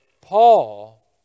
Paul